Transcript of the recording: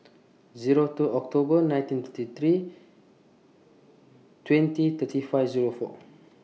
Zero two October nineteen thirty three twenty thirty five Zero four